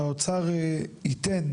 שהאוצר ייתן